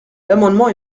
l’amendement